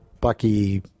bucky